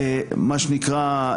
מה שנקרא,